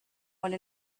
one